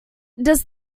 does